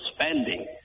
spending